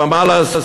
אבל מה לעשות,